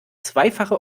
zweifache